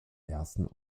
ersten